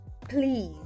please